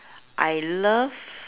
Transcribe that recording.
I love